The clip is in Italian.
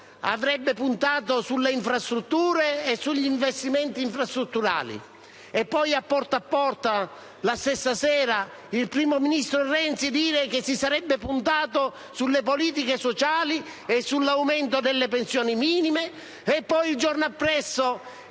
avrebbe puntato sulle infrastrutture e sugli investimenti infrastrutturali. Poi, a «Porta a Porta», la stessa sera, ho sentito il primo ministro Renzi dire che si sarebbe puntato sulle politiche sociali e sull'aumento delle pensioni minime, e ancora, il giorno successivo,